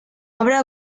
obra